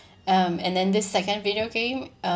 um and then this second video game um